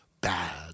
bad